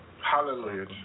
Hallelujah